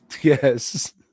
Yes